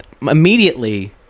immediately